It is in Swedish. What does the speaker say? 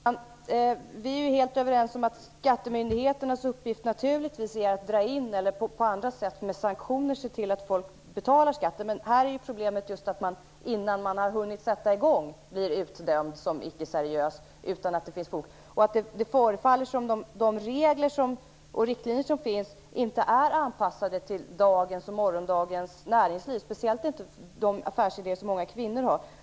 Herr talman! Vi är helt överens om att skattemyndigheternas uppgift är att dra in eller på andra sätt med sanktioner se till att folk betalar skatten, men här är problemet just att man innan man har hunnit sätta i gång blir utdömd som icke-seriös, utan att det finns fog för det. Det förefaller som att de regler och riktlinjer som finns inte är anpassade till dagens och morgondagens näringsliv, speciellt inte till de affärsidéer som många kvinnor har.